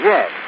Yes